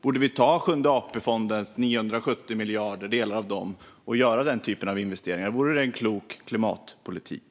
Borde vi ta delar av Sjunde AP-fondens 970 miljarder och göra den typen av investeringar? Vore det en klok klimatpolitik?